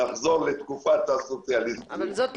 לחזור לתקופת הסוציאליזם --- אני מצטערת,